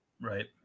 right